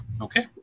Okay